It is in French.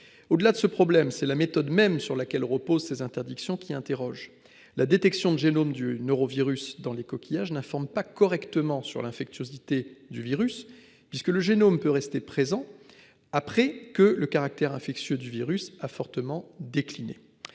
Au-delà de ce problème c'est la méthode même sur laquelle reposent ces interdictions qui interroge la détection de génome du norovirus dans les coquillages n'informe pas correctement sur l'infectiosité du virus puisque le génome peut rester présent après que le caractère infectieux du virus a fortement décliné.